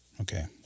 Okay